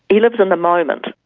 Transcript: he lives in the moment.